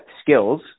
skills